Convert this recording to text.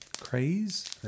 craze